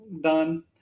done